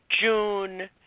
June